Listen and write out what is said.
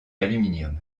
aluminium